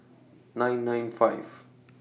nine nine five